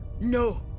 No